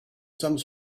some